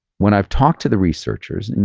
when i've talked to the researchers, and